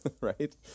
right